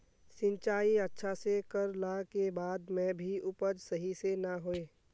सिंचाई अच्छा से कर ला के बाद में भी उपज सही से ना होय?